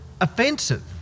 offensive